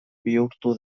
bihurtu